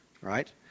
Right